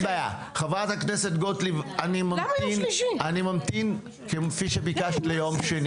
חה"כ גוטליב, אני ממתין, כפי שביקשת, ליום שני